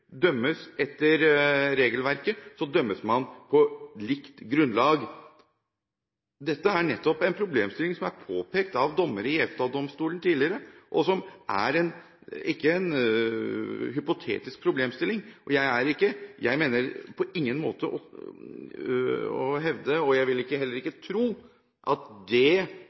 dømmes etter regelverket, dømmes man på likt grunnlag. Dette er nettopp en problemstilling som tidligere er påpekt av dommere i EFTA-domstolen. Det er ikke en hypotetisk problemstilling. Jeg vil på ingen måte hevde, og jeg vil heller ikke tro, at det